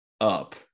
up